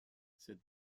cette